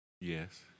Yes